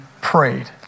prayed